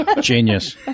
Genius